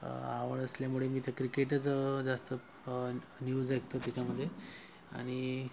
आवड असल्यामुळे मी त्या क्रिकेटच जास्त न्यूज ऐकतो त्याच्यामध्ये आणि